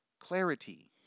Clarity